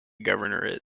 governorate